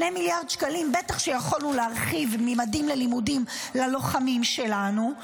עם 2 מיליארד שקלים בטח שיכולנו להרחיב ממדים ללימודים ללוחמים שלנו,